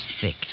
thick